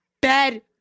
bed